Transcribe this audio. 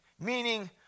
Meaning